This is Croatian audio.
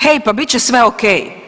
Hej pa bit će sve ok.